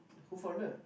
co-founder